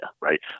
right